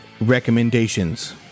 Recommendations